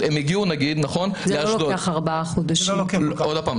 כבוד הרב,